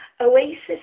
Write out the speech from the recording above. oasis